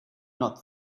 not